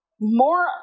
more